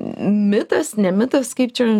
mitas ne mitas kaip čia